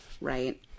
right